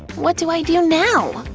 what do i do now?